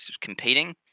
competing